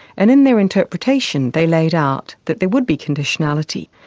and in their interpretation, they laid out that there would be conditionality.